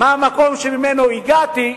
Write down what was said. מה המקום שממנו הגעתי,